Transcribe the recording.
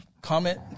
comment